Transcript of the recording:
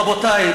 רבותי,